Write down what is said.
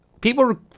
people